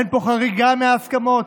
אין פה חריגה מההסכמות,